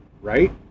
Right